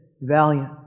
valiant